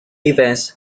events